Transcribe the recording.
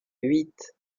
huit